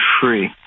free